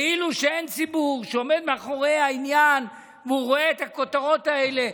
כאילו שאין ציבור שעומד מאחורי העניין ורואה את הכותרות האלה.